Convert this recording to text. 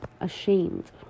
ashamed